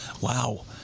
Wow